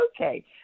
Okay